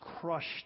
crushed